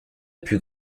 plus